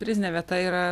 prizinė vieta yra